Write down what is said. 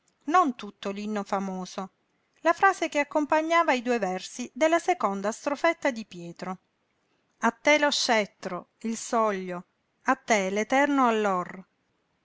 non tutto l'inno famoso la frase che accompagnava i due versi della seconda strofetta di pietro a te lo scettro il soglio a te l'eterno allor